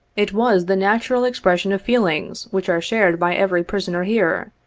it was the natural expression of feelings which are shared by every prisoner here,